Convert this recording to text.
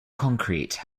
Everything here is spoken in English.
concrete